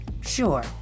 sure